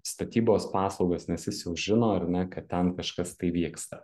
statybos paslaugas nes jis jau žino ar ne kad ten kažkas tai vyksta